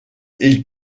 ils